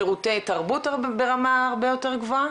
שירותי תרבות ברמה הרבה יותר גבוהה